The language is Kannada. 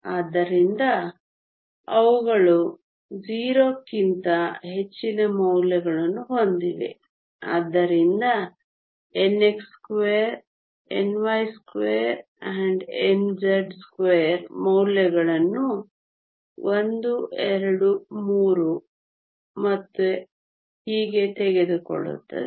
ಆದ್ದರಿಂದ ಅವುಗಳು 0 ಕ್ಕಿಂತ ಹೆಚ್ಚಿನ ಮೌಲ್ಯಗಳನ್ನು ಹೊಂದಿವೆ ಆದ್ದರಿಂದ nx2 ny2nz2 ಮೌಲ್ಯಗಳನ್ನು 1 2 3 ಮತ್ತು ಹೀಗೆ ತೆಗೆದುಕೊಳ್ಳುತ್ತದೆ